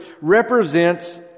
represents